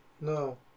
No